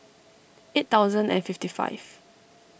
eight thousand and fifty five